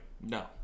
No